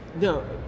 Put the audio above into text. no